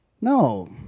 No